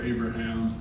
Abraham